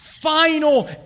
Final